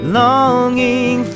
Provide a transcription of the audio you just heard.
longing